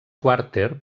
quarter